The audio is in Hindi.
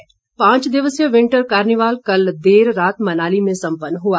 विंटर कार्निवाल पांच दिवसीय विंटर कार्निवाल कल देर रात मनाली में सम्पन्न हुआ